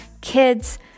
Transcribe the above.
kids